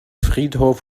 friedhof